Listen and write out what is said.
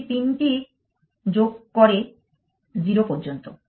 এই 3 টি যোগ করে 0 পর্যন্ত